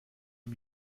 aux